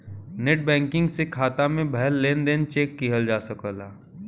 net banking से खाता में भयल लेन देन चेक किहल जा सकला